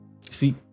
see